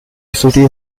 city